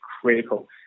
critical